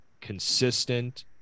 consistent